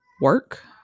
work